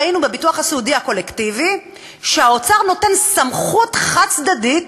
ראינו בביטוח הסיעודי הקולקטיבי שהאוצר נותן סמכות חד-צדדית